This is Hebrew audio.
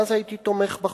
ואז הייתי תומך בחוק.